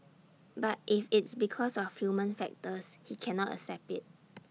but if it's because of human factors he cannot accept IT